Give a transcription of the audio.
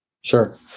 Sure